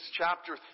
chapter